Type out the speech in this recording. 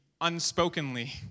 unspokenly